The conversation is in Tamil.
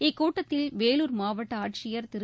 இக்கட்டத்தில் வேலூர் மாவட்ட ஆட்சியர் திரு